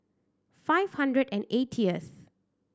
five hundred and eightieth